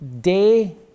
day